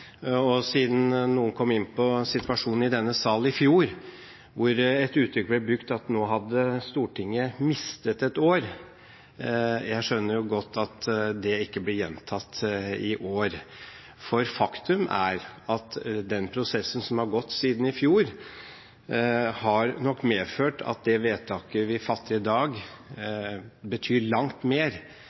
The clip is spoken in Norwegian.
skjønner godt at det ikke blir gjentatt i år. For faktum er at den prosessen som har gått siden i fjor, nok har medført at det vedtaket vi fatter i dag, betyr langt mer